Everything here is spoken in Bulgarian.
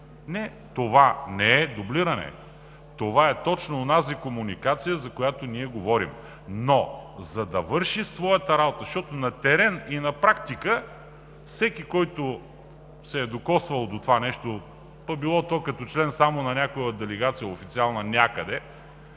Не. Това не е дублиране. Това е точно онази комуникация, за която ние говорим. Но за да върши своята работа, защото на терен и на практика всеки, който се е докосвал до това нещо – било то някъде като член на някоя официална